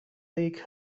league